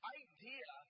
idea